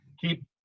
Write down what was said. Keep